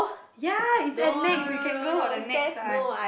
ya it's at Nex we can go for the Nex one